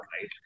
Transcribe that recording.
right